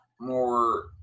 more